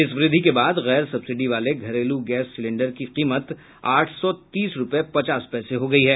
इस वृद्धि के बाद गैर सब्सिडी वाले घरेलू गैस सिलेंडर की कीमत आठ सौ तीस रूपये पचास पैसे हो गयी है